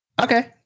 Okay